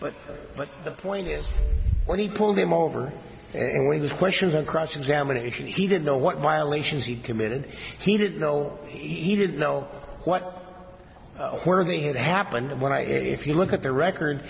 but but the point is when he pulled him over and he was questioned on cross examination he didn't know what violation he committed he didn't know he didn't know what where they had happened and when i if you look at the record